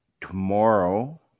Tomorrow